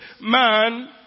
man